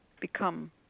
become